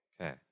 Okay